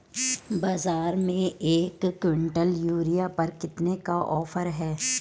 बाज़ार में एक किवंटल यूरिया पर कितने का ऑफ़र है?